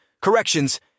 corrections